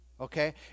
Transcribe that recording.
Okay